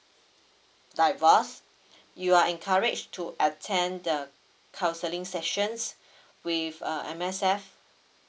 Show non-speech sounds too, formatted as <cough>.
divorce you are encourage to attend the counseling sessions <breath> with uh M_S_F